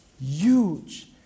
huge